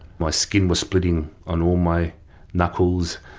my skin was splitting on all my knuckles.